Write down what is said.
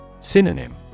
Synonym